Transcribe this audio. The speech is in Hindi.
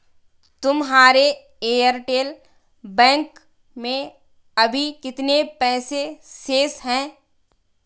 तुम्हारे एयरटेल बैंक में अभी कितने पैसे शेष हैं?